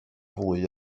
fwy